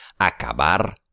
Acabar